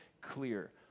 clear